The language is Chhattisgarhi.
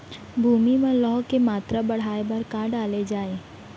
भूमि मा लौह के मात्रा बढ़ाये बर का डाले जाये?